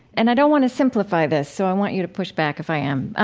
and i don't want to simplify this, so i want you to push back if i am.